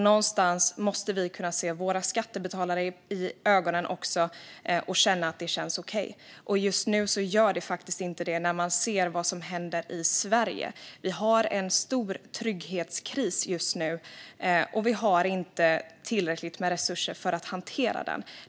Någonstans måste vi kunna se våra skattebetalare i ögonen och känna att det känns okej. Just nu gör det inte det när man ser vad som händer i Sverige. Vi har en stor trygghetskris, och vi har inte tillräckligt med resurser för att hantera den.